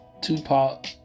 Tupac